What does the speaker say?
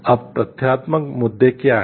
अब तथ्यात्मक मुद्दे क्या हैं